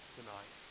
tonight